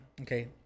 Okay